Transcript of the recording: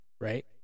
right